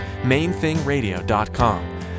MainThingRadio.com